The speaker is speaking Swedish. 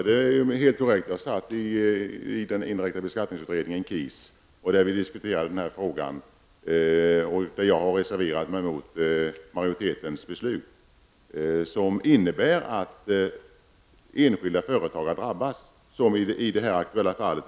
Herr talman! Det är helt korrekt att jag satt i utredningen om indirekta skatter, KIS. Där diskuterade vi denna fråga. Jag har reserverat mig mot majoritetens förslag, som innebär att enskilda företagare drabbas, som i det här aktuella fallet.